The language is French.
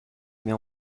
mais